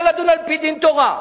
שאפשר יהיה לדון על-פי דין תורה.